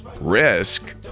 Risk